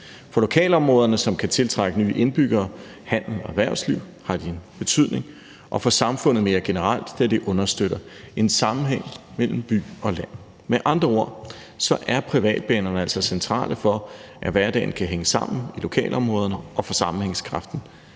For lokalområderne, som kan tiltrække nye indbyggere, og handels- og erhvervslivet har de betydning, og også for samfundet mere generelt, da de understøtter en sammenhæng mellem by og land. Med andre ord er privatbanerne altså centrale for, at hverdagen kan hænge sammen i lokalområderne, og for sammenhængskraften